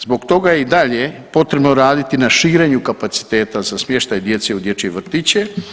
Zbog toga je i dalje potrebno raditi na širenju kapaciteta za smještaj djece u dječje vrtiće.